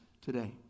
today